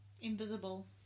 Invisible